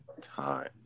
time